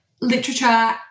literature